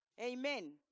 Amen